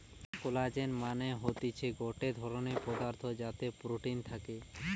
collagen মানে হতিছে গটে ধরণের পদার্থ যাতে প্রোটিন থাকে